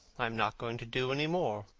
i am not going to do any more.